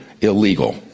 illegal